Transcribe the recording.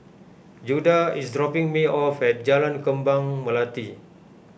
Judah is dropping me off at Jalan Kembang Melati